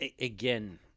Again